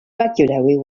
regularly